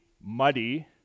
muddy